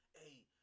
Hey